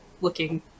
looking